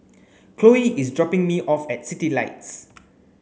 Cloe is dropping me off at Citylights